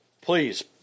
please